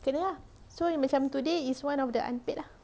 kena ah so macam today is one of the unpaid ah